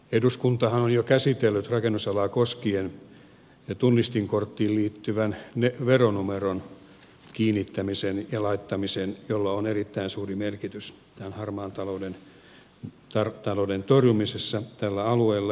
eduskuntahan on jo käsitellyt rakennusalaa koskien tunnistinkorttiin liittyvän veronumeron kiinnittämisen ja laittamisen joilla on erittäin suuri merkitys tämän harmaan talouden torjumisessa tällä alueella